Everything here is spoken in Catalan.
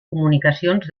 comunicacions